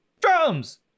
drums